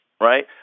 right